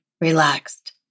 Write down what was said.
relaxed